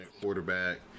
quarterback